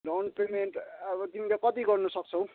down payment अब तिमीले कति गर्नु सक्छौ